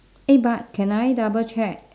eh but can I double check